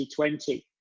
2020